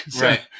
Right